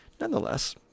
Nonetheless